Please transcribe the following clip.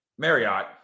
Marriott